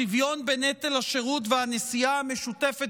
השוויון בנטל השירות והנשיאה המשותפת